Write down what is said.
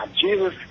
Jesus